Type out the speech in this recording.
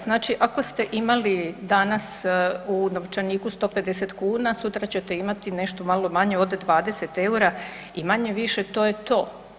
Znači ako ste imali danas u novčaniku 150 kuna sutra ćete imati nešto malo manje od 20 EUR-a i manje-više to je to.